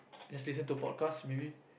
just listen to forecast maybe